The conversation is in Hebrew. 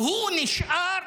והוא נשאר